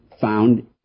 found